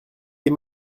des